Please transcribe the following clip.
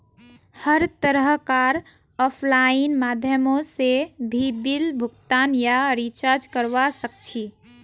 हर तरह कार आफलाइन माध्यमों से भी बिल भुगतान या रीचार्ज करवा सक्छी